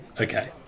okay